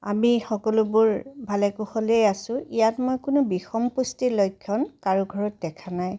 আমি সকলোবোৰ ভালে কুশলেই আছোঁ ইয়াত মই কোনো বিষম পুষ্টিৰ লক্ষণ কাৰো ঘৰত দেখা নাই